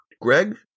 Greg